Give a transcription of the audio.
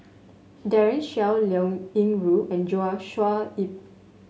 Daren Shiau Liao Yingru and Joshua Ip